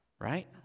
Right